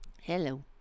Hello